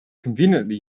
conveniently